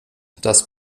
dass